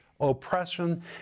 oppression